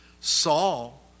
Saul